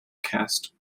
caste